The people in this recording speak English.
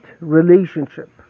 relationship